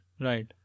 Right